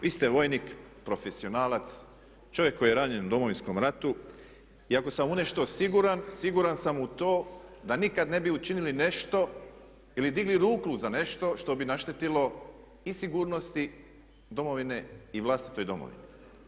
Vi ste vojnik profesionalac, čovjek koji je ranjen u Domovinskom ratu i ako sam u nešto siguran, siguran sam u to da nikad ne bi učinili nešto ili digli ruku za nešto što bi naštetilo i sigurnosti Domovine i vlastitoj Domovini.